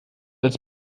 als